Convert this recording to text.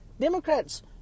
Democrats